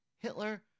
Hitler